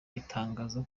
atangaza